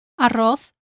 arroz